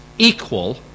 equal